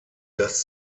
das